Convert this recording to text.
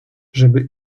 żeby